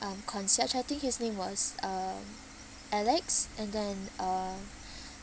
um concierge I think his name was um alex and then uh